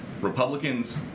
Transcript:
Republicans